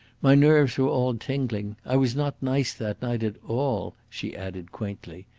my nerves were all tingling. i was not nice that night at all, she added quaintly.